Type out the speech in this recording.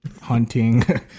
hunting